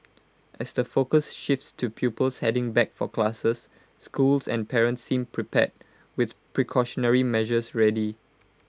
as the focus shifts to pupils heading back for classes schools and parents seem prepared with precautionary measures ready